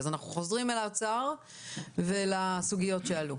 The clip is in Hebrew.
אנחנו חוזרים לאוצר ולסוגיות שעלו.